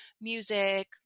music